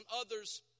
others